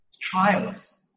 Trials